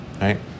right